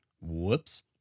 Whoops